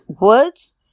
words